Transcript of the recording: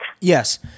Yes